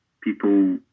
People